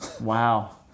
wow